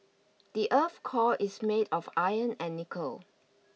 the earth's core is made of iron and nickel